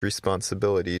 responsibility